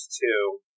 two